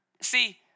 See